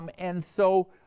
um and, so,